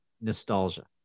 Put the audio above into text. nostalgia